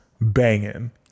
banging